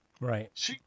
Right